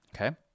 Okay